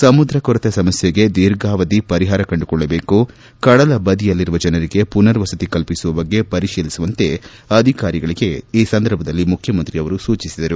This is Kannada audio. ಸಮುದ್ರ ಕೊರೆತ ಸಮಸ್ಥೆಗೆ ಧೀರ್ಘಾವಧಿ ಪರಿಹಾರ ಕಂಡುಕೊಳ್ಳಬೇಕುಕಡಲ ಬದಿಯಲ್ಲಿರುವ ಜನರಿಗೆ ಪುನರ್ವಸತಿ ಕಲ್ಪಿಸುವ ಬಗ್ಗೆ ಪರಿಶೀಲಿಸುವಂತೆ ಅಧಿಕಾರಿಗಳಿಗೆ ಮುಖ್ಚಮಂತ್ರಿ ಸೂಚಿಸಿದರು